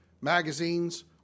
magazines